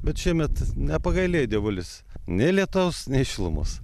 bet šiemet nepagailėjo dievulis nei lietaus nei šilumos